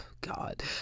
God